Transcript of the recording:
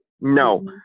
No